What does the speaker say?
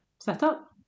Setup